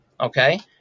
Okay